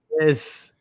Yes